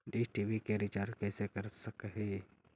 Dish TV के recharge कैसे कर सक हिय?